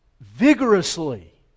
vigorously